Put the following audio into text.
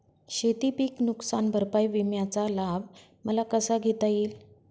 शेतीपीक नुकसान भरपाई विम्याचा लाभ मला कसा घेता येईल?